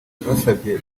basabye